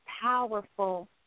powerful